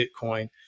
Bitcoin